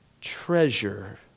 treasure